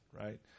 right